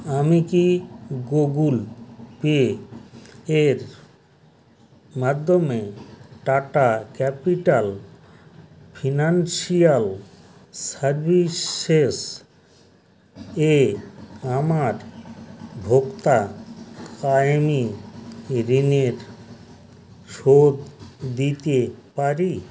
আমি কি Google Pay এর মাধ্যমে টাটা ক্যাপিটাল ফিনান্সিয়াল সার্ভিসেস এ আমার ভোক্তা কায়েমী ঋণের শোধ দিতে পারি